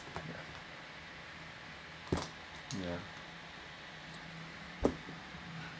yeah